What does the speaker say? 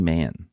Man